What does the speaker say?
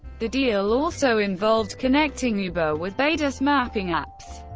the deal also involved connecting uber with baidu's mapping apps.